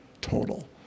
total